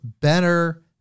better